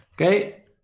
Okay